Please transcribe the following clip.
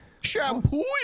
Shampoo